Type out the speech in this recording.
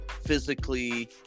physically